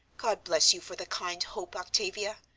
god bless you for the kind hope, octavia.